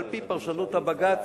ועל-פי פרשנות בג"ץ,